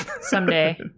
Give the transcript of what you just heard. Someday